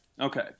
Okay